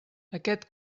aquest